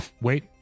Wait